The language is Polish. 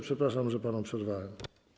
Przepraszam, że panu przerwałem.